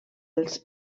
els